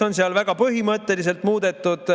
on seal väga põhimõtteliselt muudetud